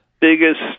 biggest